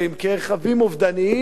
כרכבים אובדניים,